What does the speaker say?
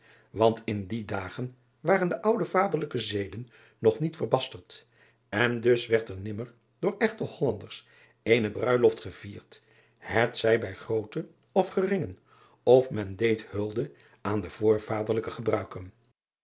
want in die dagen waren de oude vaderlijke zeden nog niet verbasterd en dus werd er nimmer door echte ollanders eene bruiloft gevierd het zij bij grooten of geringen of men deed hulde aan de voorvaderlijke gebruiken